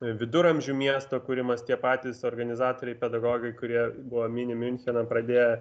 viduramžių miesto kuriamas tie patys organizatoriai pedagogai kurie buvo mini miuncheną pradėję